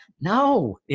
no